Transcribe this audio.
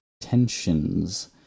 tensions